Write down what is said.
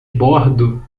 bordo